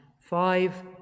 five